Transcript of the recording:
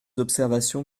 observations